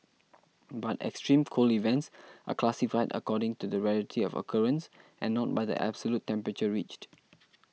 but extreme cold events are classified according to the rarity of occurrence and not by the absolute temperature reached